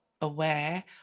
aware